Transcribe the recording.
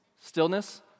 Stillness